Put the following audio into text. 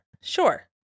Sure